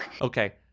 Okay